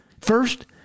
First